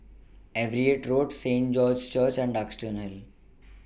Everitt Road Saint George's Church and Duxton Hill